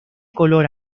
color